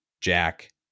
jack